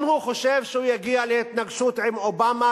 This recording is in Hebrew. אם הוא חושב שהוא יגיע להתנגשות עם אובמה,